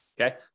Okay